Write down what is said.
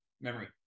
memory